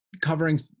covering